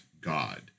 God